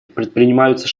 предпринимаются